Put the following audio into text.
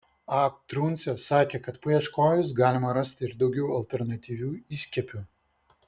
a truncė sakė kad paieškojus galima rasti ir daugiau alternatyvių įskiepių